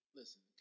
listen